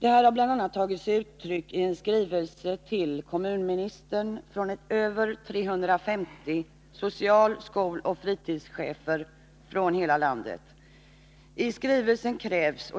Detta har bl.a. tagit sig uttryck i en skrivelse till kommunministern från över 350 social-, skoloch fritidschefer i hela landet. I skrivelsen krävs